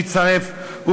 שהצטרף,